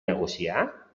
negociar